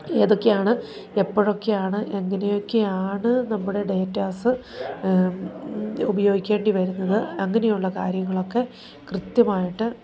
ഏതൊക്കെയാണ് എപ്പോഴൊക്കെയാണ് എങ്ങനെയൊക്കെയാണ് നമ്മുടെ ഡേറ്റാസ് ഉപയോഗിക്കേണ്ടി വരുന്നത് അങ്ങനെയുള്ള കാര്യങ്ങളൊക്കെ കൃത്യമായിട്ട്